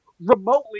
Remotely